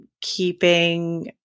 keeping